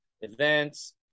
events